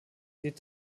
geht